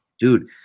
dude